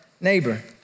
neighbor